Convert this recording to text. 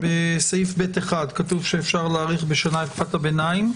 בסעיף (ב)(1) כתוב שאפשר להאריך בשנה את תקופת הביניים.